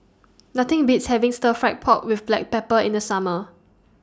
Nothing Beats having Stir Fried Pork with Black Pepper in The Summer